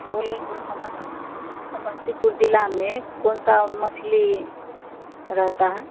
बोले जो समस्त समस्तीपुर ज़िले में कौनसी मछली रहती है